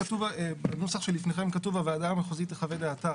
בנוסח שבפניכם כתוב "הוועדה המחוזית תחווה דעתה